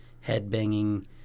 head-banging